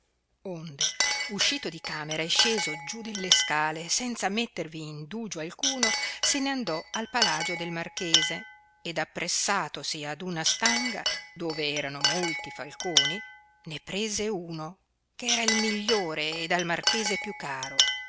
onde uscito di camera e sceso giù delle scale senza mettervi indugio alcuno se ne andò al palagio del marchese ed appressatosi ad una stanga dove erano molti falconi ne prese uno che era il migliore ed al marchese più caro